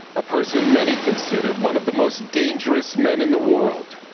a person many consider one of the most dangerous man in the world.